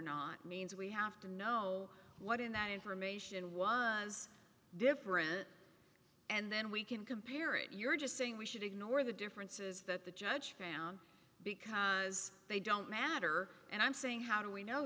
not means we have to know what in that information was different and then we can compare it you're just saying we should ignore the differences that the judge found because they don't matter and i'm saying how do we know